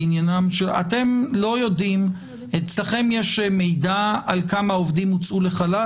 אצלכם יש מידע כמה עובדים הוצאו לחל"ת?